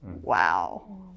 Wow